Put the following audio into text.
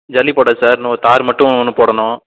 ஜல்லி போட்டாச்சு சார் இன்னும் தார் மட்டும் இன்னும் போடணும்